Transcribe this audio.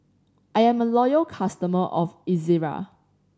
I am a loyal customer of Ezerra